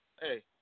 Hey